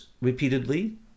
repeatedly